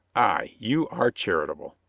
ay, you are char itable.